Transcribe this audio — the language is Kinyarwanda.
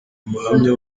umuhamya